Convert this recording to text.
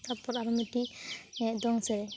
ᱛᱟᱯᱚᱨ ᱟᱨᱢᱤᱫᱴᱤᱡ ᱫᱚᱝ ᱥᱮᱨᱮᱧ